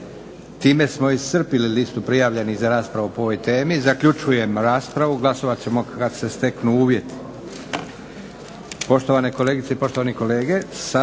Time smo iscrpili listu prijavljenih za raspravu po ovoj temi. Zaključujem raspravu. Glasovat ćemo kad se steknu uvjeti.